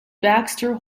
baxter